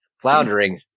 floundering